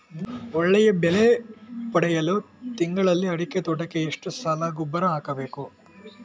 ಒಳ್ಳೆಯ ಬೆಲೆ ಪಡೆಯಲು ತಿಂಗಳಲ್ಲಿ ಅಡಿಕೆ ತೋಟಕ್ಕೆ ಎಷ್ಟು ಸಲ ಗೊಬ್ಬರ ಹಾಕಬೇಕು?